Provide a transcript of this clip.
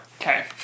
Okay